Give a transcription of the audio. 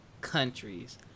countries